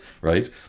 right